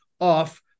off